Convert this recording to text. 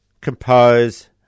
compose